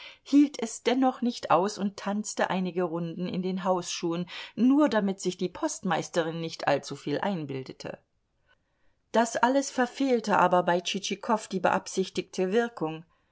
hielt es dennoch nicht aus und tanzte einige runden in den hausschuhen nur damit sich die postmeisterin nicht allzuviel einbilde das alles verfehlte aber bei tschitschikow die beabsichtigte wirkung